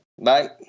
Bye